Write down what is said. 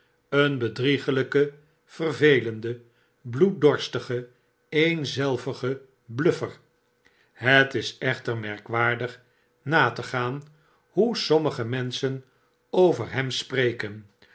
een bedriegeiyke vervelende bloeddorstige eenzelvige bluffer het is echter merkwaardig na te gaan hoe sommige menschen over hem spreken